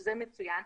שזה מצוין,